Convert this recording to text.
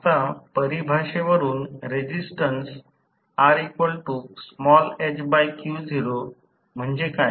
आता परिभाषेवरून रेसिस्टन्स म्हणजे काय